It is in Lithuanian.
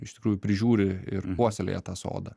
iš tikrųjų prižiūri ir puoselėja tą sodą